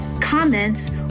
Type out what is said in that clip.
comments